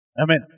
Amen